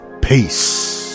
peace